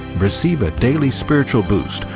receive a daily spiritual boost.